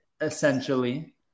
essentially